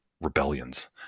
rebellions